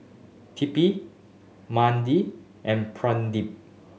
Tipu Mahade and Pradip